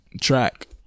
track